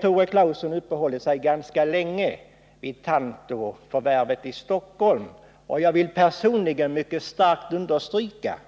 Tore Claeson uppehöll sig ganska länge vid Tantoförvärvet i Stockholm. Jag vill personligen mycket starkt understryka